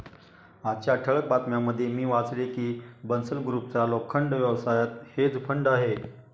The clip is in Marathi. आजच्या ठळक बातम्यांमध्ये मी वाचले की बन्सल ग्रुपचा लोखंड व्यवसायात हेज फंड आहे